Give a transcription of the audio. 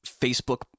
Facebook